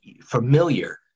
familiar